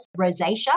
rosacea